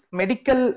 medical